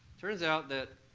turns out that